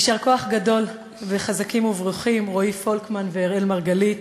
יישר כוח גדול וחזקים וברוכים רועי פולקמן ואראל מרגלית